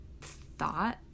thought